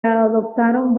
adoptaron